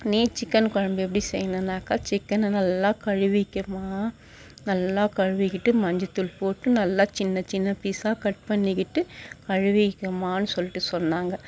நீ சிக்கன் குழம்பு எப்படி செய்யணுனாக்கா சிக்கனை நல்லா கழுவிக்கம்மா நல்லா கழுவிக்கிட்டு மஞ்சத்தூள் போட்டு நல்லா சின்னச்சின்ன பீசாக கட் பண்ணிக்கிட்டு கழுவிக்கம்மா சொல்லிட்டு சொன்னாங்க